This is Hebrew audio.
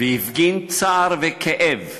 והפגין צער וכאב,